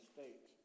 States